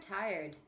tired